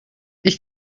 ich